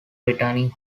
returning